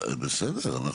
בסדר.